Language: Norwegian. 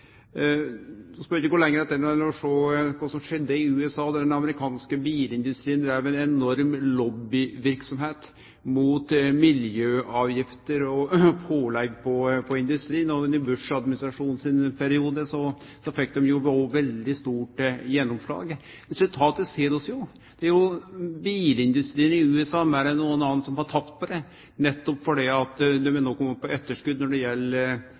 ikkje gå lenger tilbake enn til å sjå kva som skjedde i USA då den amerikanske bilindustrien dreiv med ei enorm lobbyverksemd mot miljøavgifter og pålegg på industrien. Under Bush-administrasjonen fekk dei òg veldig stort gjennomslag. Resultatet ser vi: Det er bilindustrien i USA som meir enn nokon annan har tapt på det, nettopp fordi dei no er komne på etterskot når det gjeld